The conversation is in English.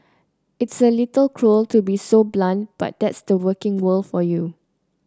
it's a little cruel to be so blunt but that's the working world for you